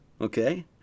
okay